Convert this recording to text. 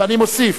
ואני מוסיף: